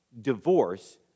divorce